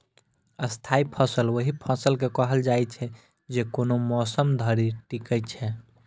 स्थायी फसल ओहि फसल के कहल जाइ छै, जे कोनो मौसम धरि टिकै छै